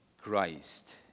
Christ